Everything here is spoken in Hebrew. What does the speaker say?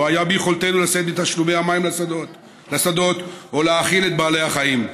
ולא היה ביכולתנו לשאת בתשלומי המים לשדות או להאכיל את בעלי החיים.